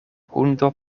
hundo